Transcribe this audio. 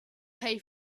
pay